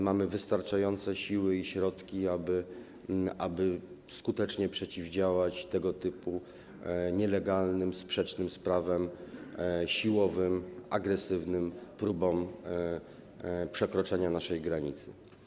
Mamy wystarczające siły i środki, aby skutecznie przeciwdziałać tego typu nielegalnym, sprzecznym z prawem, siłowym, agresywnym próbom przekroczenia naszej granicy.